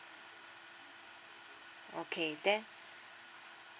okay then